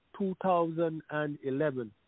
2011